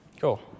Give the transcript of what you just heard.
Cool